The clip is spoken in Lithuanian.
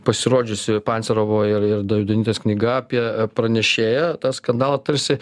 pasirodžiusi pancerovo ir ir davidonytės knyga apie pranešėją tą skandalą tarsi